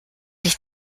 ich